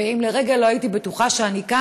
ואם לרגע לא הייתי בטוחה שאני כאן,